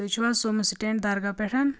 تُہۍ چھُو حظ سومو سٹینڑ درگاہ پیٹھ